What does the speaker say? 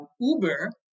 Uber